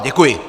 Děkuji.